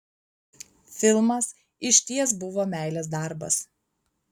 filmas išties buvo meilės darbas